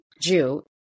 Jew